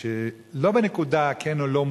שלא בנקודה כן או לא,